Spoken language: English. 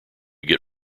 get